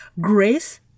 grace